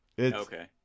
Okay